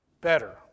better